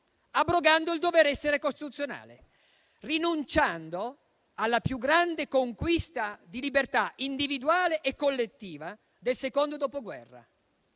abrogando il dover essere costituzionale, rinunciando alla più grande conquista di libertà individuale e collettiva del secondo Dopoguerra,